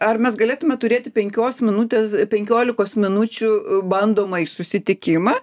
ar mes galėtume turėti penkios minutės penkiolikos minučių bandomąjį susitikimą